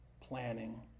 Planning